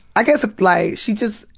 i guess, like, she just,